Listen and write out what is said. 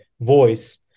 voice